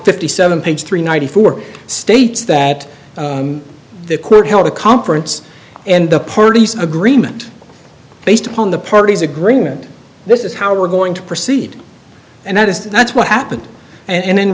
fifty seven page three ninety four states that the court held a conference and the parties agreement based upon the parties agreement this is how we're going to proceed and that is that's what happened and